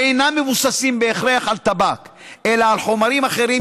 שאינם מבוססים בהכרח על טבק אלא על חומרים אחרים,